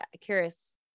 curious